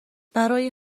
برای